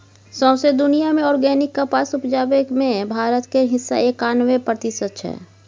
सौंसे दुनियाँ मे आर्गेनिक कपास उपजाबै मे भारत केर हिस्सा एकानबे प्रतिशत छै